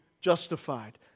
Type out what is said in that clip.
justified